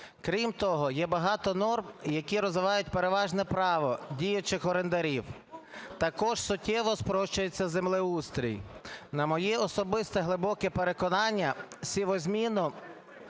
Крім того, є багато норм, які розвивають переважне право діючих орендарів. Також суттєво спрощується землеустрій. На моє особисте глибоке переконання, сівозміну